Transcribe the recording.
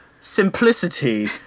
simplicity